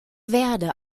verde